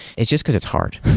it's just because it's hard,